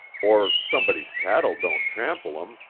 or somebody's cattle don't trample em,